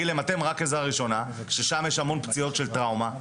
להם רק עזרה ראשונה כששם יש המון פציעות של טראומה,